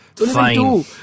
Fine